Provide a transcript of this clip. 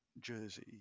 jersey